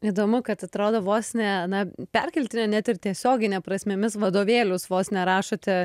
įdomu kad atrodo vos ne na perkeltine net ir tiesiogine prasmėmis vadovėlius vos ne rašote